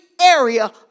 area